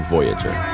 Voyager